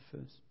first